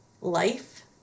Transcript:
life